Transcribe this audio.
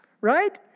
right